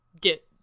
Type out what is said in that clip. get